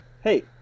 Hey